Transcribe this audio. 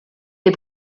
des